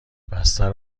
بستر